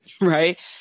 right